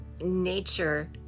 nature